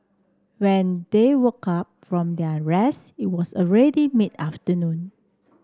when they woke up from their rest it was already mid afternoon